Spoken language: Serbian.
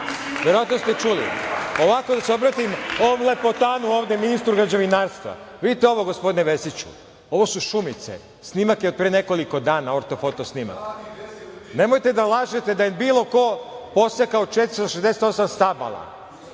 Verovatno ste čuli. Da se obratim ovom lepotanu ovde, ministru građevinarstva. Gospodine Vesiću, jel vidite ovo? Ovo su "Šumice", snimak je od pre nekoliko dana, ortofoto snimak. Nemojte da lažete da je bilo ko posekao 468 stabala.